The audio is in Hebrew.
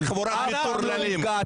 חבורת מטורללים.